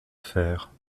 faire